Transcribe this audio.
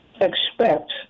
expect